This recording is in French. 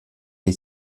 est